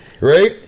Right